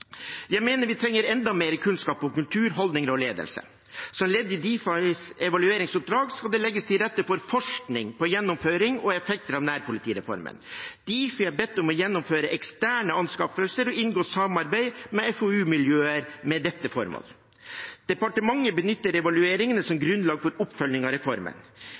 Jeg mener vi trenger enda mer kunnskap om kultur, holdninger og ledelse. Som ledd i Difis evalueringsoppdrag skal det legges til rette for forskning på gjennomføring og effekter av nærpolitireformen. Difi er bedt om å gjennomføre eksterne anskaffelser og inngå samarbeid med FoU-miljøer med dette formålet. Departementet benytter evalueringene som grunnlag for oppfølging av reformen.